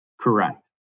Correct